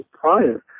prior